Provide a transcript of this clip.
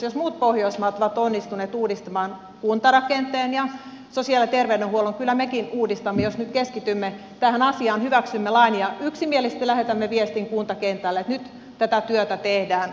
jos muut pohjoismaat ovat onnistuneet uudistamaan kuntarakenteen ja sosiaali ja terveydenhuollon kyllä mekin uudistamme jos nyt keskitymme tähän asiaan hyväksymme lain ja yksimielisesti lähetämme viestin kuntakentälle että nyt tätä työtä tehdään